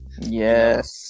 yes